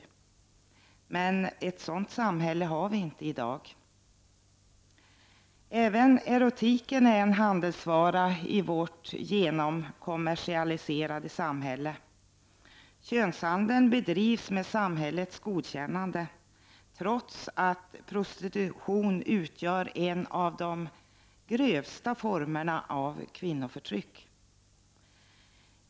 Men ett sådant samhälle har vi inte i dag. Även erotiken är en handelsvara i vårt genomkommersialiserade sam hälle. Könshandeln bedrivs med samhällets godkännande, trots att prostitutionen utgör en av de grövsta formerna av kvinnoförtryck.